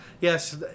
Yes